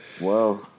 Wow